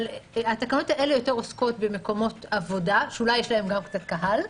אבל התקנות האלה יותר עוסקות במקומות עבודה שאולי יש להם גם קצת קהל.